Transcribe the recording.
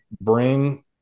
bring